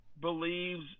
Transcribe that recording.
believes